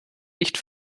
nicht